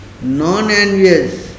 Non-envious